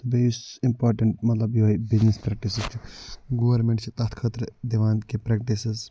تہٕ بیٚیہِ یُس اِمپاٹَنٹ مطلب یِہٕے بِزنِس پریکٹِسِز چھِ گورمِنٹ چھِ تَتھ خٲطرٕ دِوان کیٚنہہ پریکٹِسِز